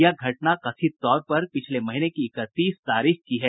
यह घटना कथित तौर पर पिछले महीने की इकतीस तारीख की है